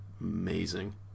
amazing